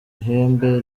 ihembe